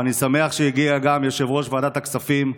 ואני שמח שהגיע גם יושב-ראש ועדת הכספים.